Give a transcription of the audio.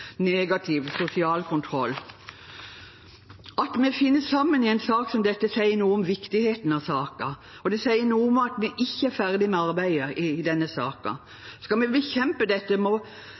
negativ sosial kontroll. At vi finner sammen i en sak som dette, sier noe om viktigheten av saken, og det sier noe om at vi ikke er ferdig med arbeidet i saken. Skal vi bekjempe dette,